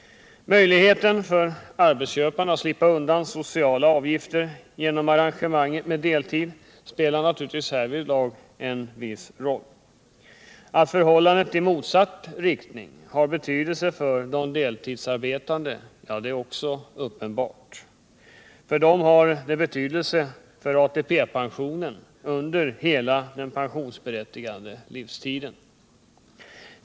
Möjligheten för arbetsköparna att slippa undan sociala avgifter genom arrangemanget med deltid spelar naturligtvis härvidlag en viss roll. Att förhållandet har betydelse i motsatt riktning för de deltidsarbetande är också uppenbart. För dem har det betydelse för ATP-pensionen under hela den pensionsberättigade livstiden.